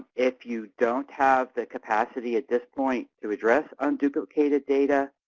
if you don't have the capacity at this point to address unduplicated data,